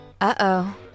Uh-oh